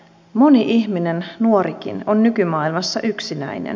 moni ihminen nuorikin on nykymaailmassa yksinäinen